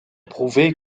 prouvé